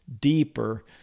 deeper